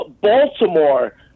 Baltimore